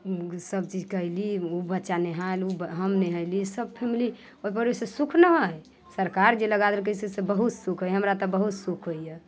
सब चीज कयली उ बच्चा नहायल उ हम नहैली सब फैमिली ओइपर ओइसँ सुख ना हय सरकार जे लगा देलकै से सब बहुत सुख हय हमरा तऽ बहुत सुख होइए